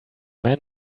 man